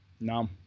no